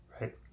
Right